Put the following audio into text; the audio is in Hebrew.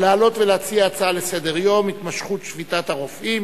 להצעה לסדר-היום מס' 5812 בנושא: התמשכות שביתת הרופאים.